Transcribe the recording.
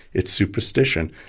it's superstition.